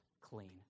clean